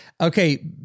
Okay